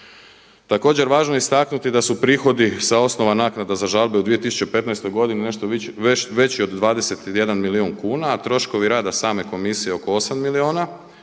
Također važno je istaknuti da su prihodi sa osnova naknada za žalbe u 2015. godini nešto veći od 21 milijun kuna, a troškovi rada same komisije oko 8 milijuna